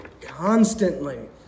constantly